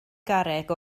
garreg